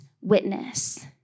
witness